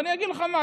ואני אגיד לך מה,